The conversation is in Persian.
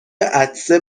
عطسه